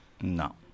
No